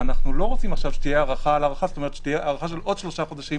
ואנחנו לא רוצים שתהיה הארכה של עוד שלושה חודשים